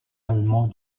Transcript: allemand